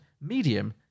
Medium